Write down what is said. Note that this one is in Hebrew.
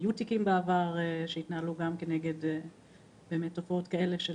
היו תיקים בעבר שהתנהלו גם נגד תופעות כאלה,